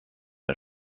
der